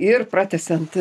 ir pratęsiant